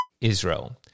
Israel